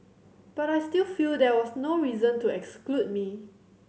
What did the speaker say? but I still feel there was no reason to exclude me